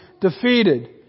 defeated